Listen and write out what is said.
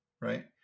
right